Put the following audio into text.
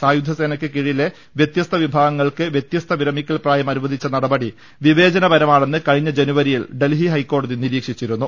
സായുധസേനക്ക് കീഴിലെ വൃത്യസ്ത വിഭാഗങ്ങൾക്ക് വൃത്യസ്ത വിരമിക്കൽ പ്രായം അനുവദിച്ച നട പടി വിവേചനപരമാണെന്ന് കഴിഞ്ഞ ജനുവരിയിൽ ഡൽഹി ഹൈക്കോടതി നിരീക്ഷിച്ചിരുന്നു